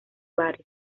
bares